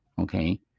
Okay